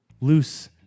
loose